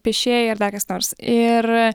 piešėjai ar dar kas nors ir